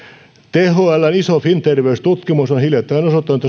thln iso finterveys tutkimus on hiljattain osoittanut